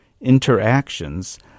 interactions